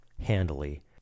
handily